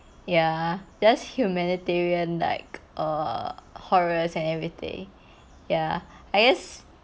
ya just humanitarian like err horrors and every day ya I guess